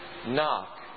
Knock